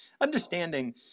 understanding